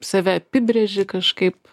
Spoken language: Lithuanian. save apibrėži kažkaip